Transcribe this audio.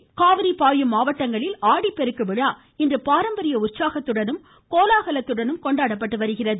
ஆடிப்பெருக்கு காவிரி பாயும் மாவட்டங்களில் ஆடிப்பெருக்கு விழா இன்று பாரம்பரிய உற்சாகத்துடனும் கோலாகலத்துடனும் கொண்டாடப்பட்டு வருகிறது